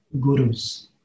gurus